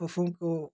पशुओं को